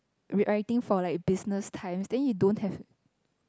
be writing for like business time then you don't have